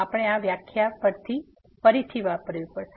આપણે આ વ્યાખ્યા ફરીથી વાપરવી પડશે